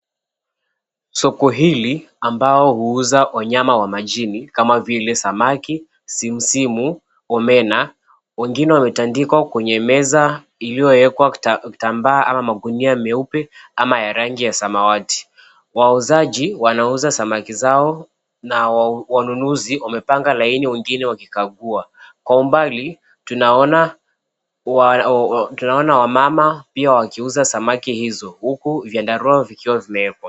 Soko hili ambao huuza wanyama wa majini kama vile samaki, simsim , omena. Wengine wametandikwa kwenye meza iliyowekwa kitambaa ama magunia meupe ama ya rangi ya samawati. Wauzaji wanauza samaki zao na wanunuzi wamepanga laini wengine wakikagua. Kwa umbali tunaona wamama pia wakiuza samaki hizo, huku vyandarua vikiwa vimewekwa.